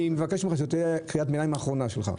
אני מבקש שזו תהיה קריאת הביניים האחרונה שלך.